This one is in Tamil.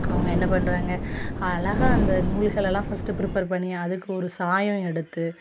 அவங்க என்ன பண்ணுறாங்க அழகா அந்த நூல்களெல்லாம் ஃபஸ்ட்டு ப்ரிப்பர் பண்ணி அதுக்கு ஒரு சாயம் எடுத்து